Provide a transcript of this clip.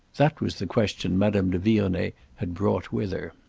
that was the question madame de vionnet had brought with her.